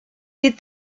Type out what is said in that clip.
est